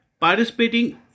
participating